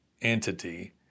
entity